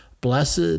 blessed